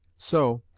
so,